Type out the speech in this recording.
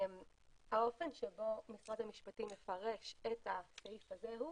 האופן בו משרד המשפטים מפרש את הסעיף הזה הוא